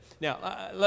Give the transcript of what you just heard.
Now